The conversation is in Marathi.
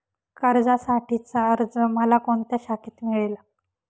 कर्जासाठीचा अर्ज मला कोणत्या शाखेत मिळेल?